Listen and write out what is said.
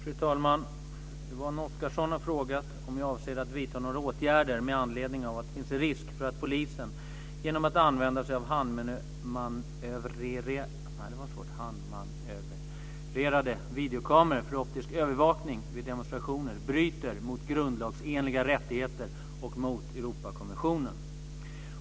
Fru talman! Yvonne Oscarsson har frågat om jag avser att vidta några åtgärder med anledning av det finns risk för att polisen genom att använda sig av handmanövrerade videokameror för optisk övervakning vid demonstrationer bryter mot grundlagsenliga rättigheter och mot Europakonventionen.